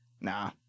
nah